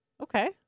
Okay